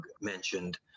mentioned